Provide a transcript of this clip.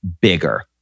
bigger